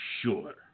Sure